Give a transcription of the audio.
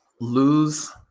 lose